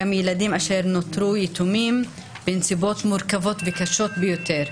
גם ילדים אשר נותרו יתומים בנסיבות מורכבות וקשות ביותר.